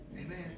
amen